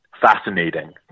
fascinating